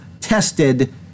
tested